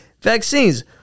vaccines